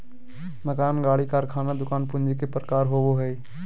मकान, गाड़ी, कारखाना, दुकान पूंजी के प्रकार होबो हइ